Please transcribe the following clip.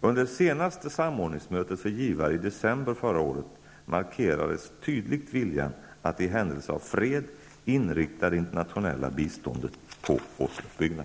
Under det senaste samordningsmötet för givare i december förra året markerades tydligt viljan att i händelse av fred inrikta det internationella biståndet på återuppbyggnad.